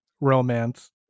romance